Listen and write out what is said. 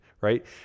Right